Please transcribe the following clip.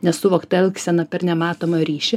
nesuvokta elgsena per nematomą ryšį